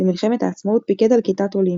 במלחמת העצמאות פיקד על כיתת עולים,